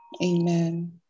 Amen